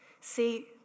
See